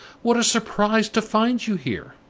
what a surprise to find you here!